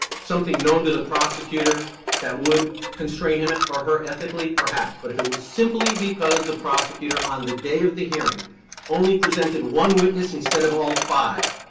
something known to the prosecutor that would constrain him or her ethically, perhaps. but if it was simply because the prosecutor on the day of the hearing only presented one witness instead of all five,